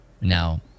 Now